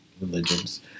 religions